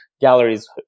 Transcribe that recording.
galleries